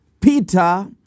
Peter